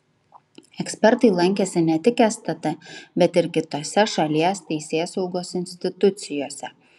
ekspertai lankėsi ne tik stt bet ir kitose šalies teisėsaugos institucijose